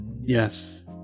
Yes